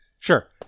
Sure